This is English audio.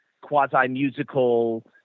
quasi-musical